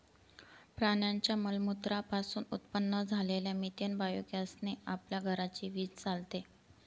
प्राण्यांच्या मलमूत्रा पासून उत्पन्न झालेल्या मिथेन बायोगॅस ने आपल्या घराची वीज चालते